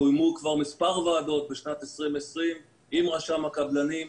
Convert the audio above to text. קוימו כבר כמה ועדות בשנת 2020 עם רשם הקבלנים.